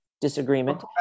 disagreement